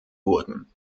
wurden